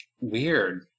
weird